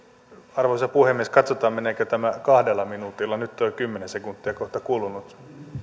arvoisa puhemies katsotaan meneekö tämä kahdella minuutilla nyt on jo kymmenen sekuntia kohta kulunut